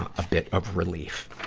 a bit of relief.